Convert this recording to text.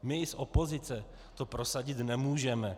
My z opozice to prosadit nemůžeme.